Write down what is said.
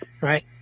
right